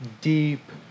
deep